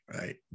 right